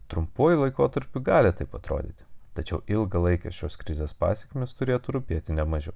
trumpuoju laikotarpiu gali taip atrodyti tačiau ilgą laiką šios krizės pasekmės turėtų rūpėti ne mažiau